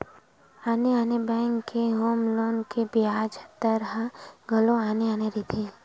आने आने बेंक के होम लोन के बियाज दर ह घलो आने आने रहिथे